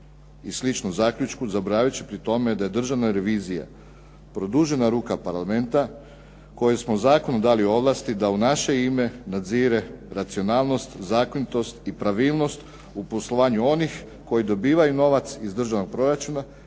i sličnom zaključku, zaboravljajući pri tome da je Državna revizija produžena ruka Parlamenta kojem smo u zakonu dali ovlasti da u naše ime nadzire racionalnost, zakonitost i pravilnost u poslovanju onih koji dobivaju novac iz državnog proračuna